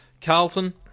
Carlton